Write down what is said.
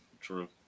True